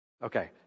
Okay